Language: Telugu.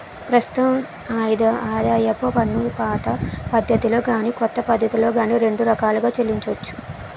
ప్రస్తుతం ఆదాయపు పన్నుపాత పద్ధతిలో గాని కొత్త పద్ధతిలో గాని రెండు రకాలుగా చెల్లించొచ్చు